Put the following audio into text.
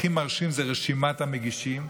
הכי מרשימה היא רשימת המגישים,